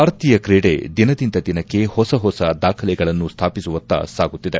ಭಾರತೀಯ ಕ್ರೀಡೆ ದಿನದಿಂದ ದಿನಕ್ಕೆ ಹೊಸ ದಾಖಲೆಗಳನ್ನು ಸ್ವಾಪಿಸುವತ್ತ ಸಾಗುತ್ತಿದೆ